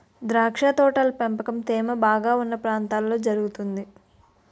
ద్రాక్ష తోటల పెంపకం తేమ బాగా ఉన్న ప్రాంతాల్లో జరుగుతుంది